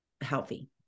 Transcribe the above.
healthy